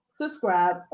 Subscribe